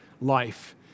life